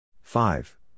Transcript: five